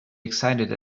excited